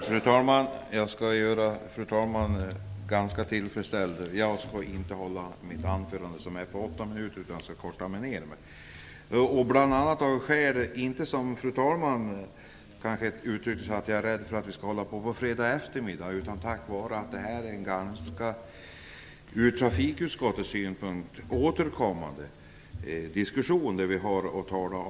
Fru talman! Jag skall göra talmannen tillfredsställd. Jag skall inte tala i åtta minuter som jag hade planerat, utan jag skall korta ner mitt anförande. Men det gör jag inte av det skälet som talmannen anförde, dvs. att jag skulle vara rädd för att vi skall hålla på under fredag eftermiddag. Detta är en ofta återkommande diskussion i trafikutskottet.